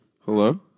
Hello